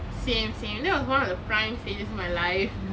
same same that was one of the prime stages in my life